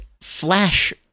flash